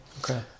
Okay